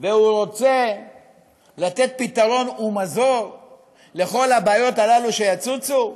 והוא רוצה לתת פתרון ומזור לכל הבעיות הללו שיצוצו,